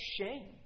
shame